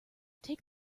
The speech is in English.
take